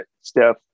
Steph